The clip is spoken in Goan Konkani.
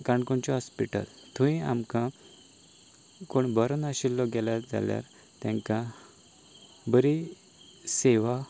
काणकोणचें हॉस्पिटल थंय आमकां कोण बरो नाशिल्लो गेलो जाल्यार तांकां बरी सेवा